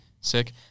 sick